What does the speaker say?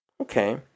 Okay